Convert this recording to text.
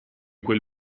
quel